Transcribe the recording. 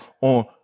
on